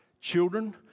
children